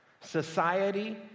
Society